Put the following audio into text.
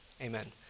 Amen